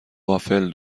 وافل